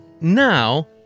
Now